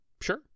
Sure